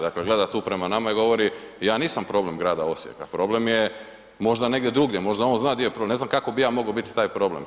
Dakle gleda tu prema nama i govori, ja nisam problem grada Osijeka, problem je možda negdje drugdje, možda on zna di je problem, ne znam kako bi ja mogao biti taj problem.